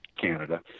Canada